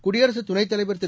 குடியரசு துணைத் தலைவர் திரு